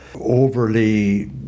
overly